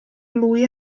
lui